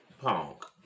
Punk